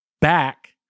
back